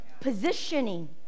Positioning